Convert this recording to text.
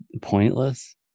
pointless